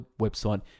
website